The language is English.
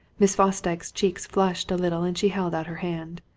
miss fosdyke's cheeks flushed a little and she held out her hand.